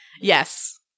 Yes